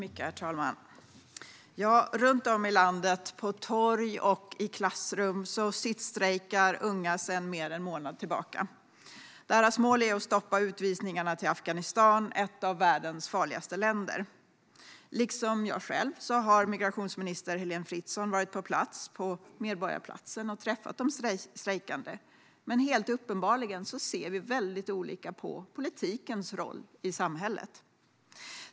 Herr talman! Runt om i landet, på torg och i klassrum, sittstrejkar unga sedan mer än en månad tillbaka. Deras mål är att stoppa utvisningarna till Afghanistan - ett av världens farligaste länder. Liksom jag själv har migrationsminister Heléne Fritzon varit på plats på Medborgarplatsen och träffat de strejkande, men vi ser uppenbarligen väldigt olika på politikens roll i samhället.